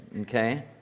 okay